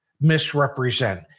misrepresent